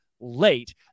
late